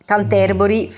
Canterbury